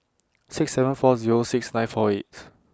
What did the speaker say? six seven four Zero six nine four eight